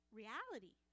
reality